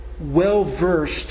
well-versed